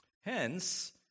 Hence